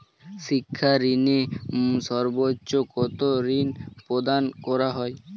শিক্ষা ঋণে সর্বোচ্চ কতো ঋণ প্রদান করা হয়?